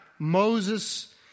Moses